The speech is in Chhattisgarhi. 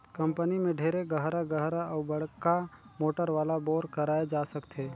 कंपनी में ढेरे गहरा गहरा अउ बड़का मोटर वाला बोर कराए जा सकथे